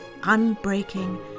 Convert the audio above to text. unbreaking